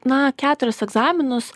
na keturis egzaminus